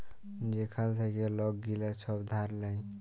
যেখাল থ্যাইকে লক গিলা ছব ধার লেয়